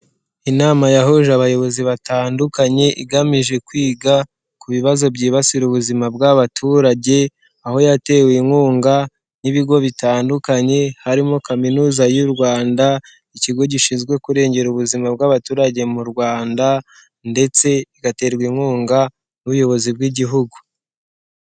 Inama yahuje abayobozi batandukanye, igamije kwiga ku bibazo byibasira ubuzima bw'abaturage, aho yatewe inkunga n'ibigo bitandukanye, harimo kaminuza y'u Rwanda, ikigo gishinzwe kurengera ubuzima bw'abaturage mu Rwanda ndetse igaterwa inkunga n'ubuyobozi bw'igihugu.